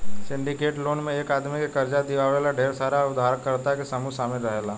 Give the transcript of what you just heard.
syndicate loan में एक आदमी के कर्जा दिवावे ला ढेर सारा उधारकर्ता के समूह शामिल रहेला